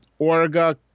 Orga